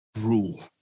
rule